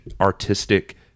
artistic